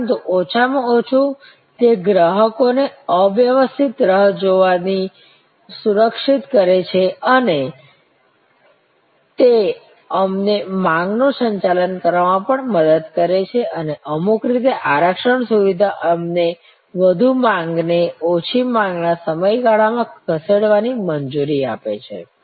પરંતુ ઓછામાં ઓછું તે ગ્રાહકોને અવ્યવસ્થિત રાહ જોવાથી સુરક્ષિત કરે છે અને તે અમને માંગનું સંચાલન કરવામાં પણ મદદ કરે છે અને અમુક રીતે આરક્ષણ સુવિધા અમને વધુ માંગ ને ઓછી માંગના સમયગાળામાં ખસેડવાની મંજૂરી આપે છે